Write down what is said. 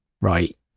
right